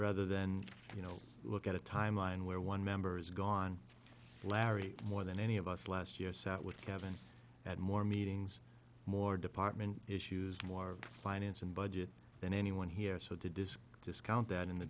rather than you know look at a time line where one member is gone larry more than any of us last year sat with kevin at more meetings more department issues more finance and budget than anyone here so the disc discount that in the